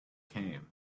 came